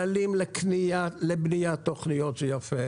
כללים לבניית תוכניות זה יפה,